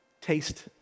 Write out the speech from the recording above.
taste